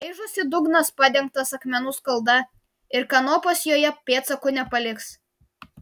aižosi dugnas padengtas akmenų skalda ir kanopos joje pėdsakų nepaliks